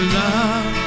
love